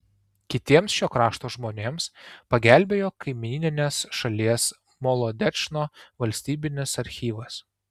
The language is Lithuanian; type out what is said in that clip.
kitiems šio krašto žmonėms pagelbėjo kaimyninės šalies molodečno valstybinis archyvas